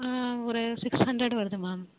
ஒரு six hundred வருது ma'am